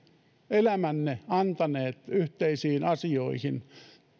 elämänne antaneet yhteisiin asioihin